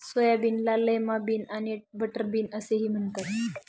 सोयाबीनला lima bean आणि butter bean असेही म्हणतात